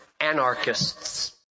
anarchists